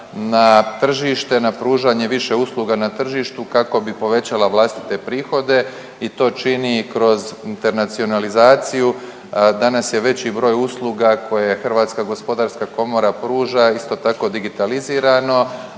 na pružanje više usluga na tržištu kako bi povećala vlastite prihode i to čini kroz internacionalizaciju. Danas je veći broj usluga koje HGK pruža isto tako digitalizirano,